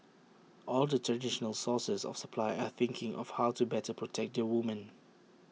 all the traditional sources of supply are thinking of how to better protect their women